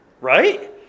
right